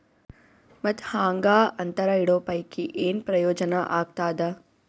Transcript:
ಮತ್ತ್ ಹಾಂಗಾ ಅಂತರ ಇಡೋ ಪೈಕಿ, ಏನ್ ಪ್ರಯೋಜನ ಆಗ್ತಾದ?